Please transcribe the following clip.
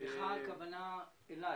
אדוני היושב-ראש.